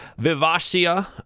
Vivacia